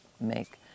make